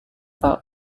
pak